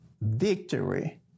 victory